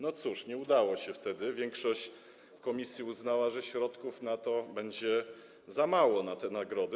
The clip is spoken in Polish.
No cóż, nie udało się wtedy, większość komisji uznała, że środków będzie za mało na te nagrody.